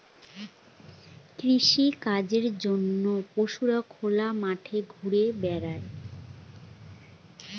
কৃষিকাজের জন্য পশুরা খোলা মাঠে ঘুরা বেড়ায়